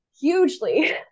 hugely